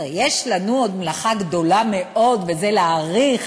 יש לנו עוד מלאכה גדולה מאוד, וזה להאריך